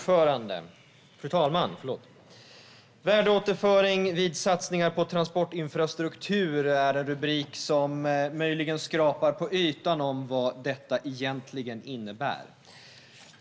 Fru talman! Värdeåterföring vid satsningar på transportinfrastruktur är en rubrik som möjligen skrapar på ytan av vad detta egentligen innebär.